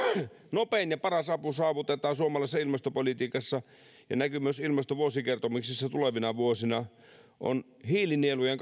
nopein ja paras apu saavutetaan suomalaisessa ilmastopolitiikassa mikä näkyy myös ilmastovuosikertomuksessa tulevina vuosina hiilinieluja